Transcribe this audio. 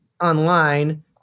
online